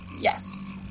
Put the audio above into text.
Yes